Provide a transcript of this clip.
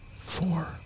four